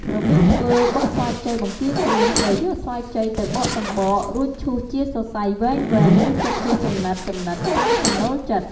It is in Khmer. របៀបធ្វើបុកស្វាយខ្ចីបង្គាក្រៀមត្រូវយកស្វាយខ្ចីទៅបកសំបក រួចឈូសជាសរសៃវែងៗ ឬចិតជាចំណិតៗតាមចំណូលចិត្ត។